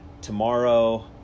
tomorrow